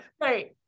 Right